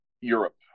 Europe